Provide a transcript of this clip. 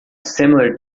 similar